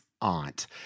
aunt